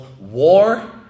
war